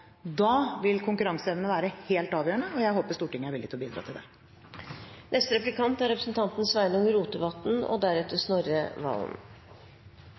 Da vil konkurranseevne være helt avgjørende, og jeg håper at Stortinget er villig til å bidra til det.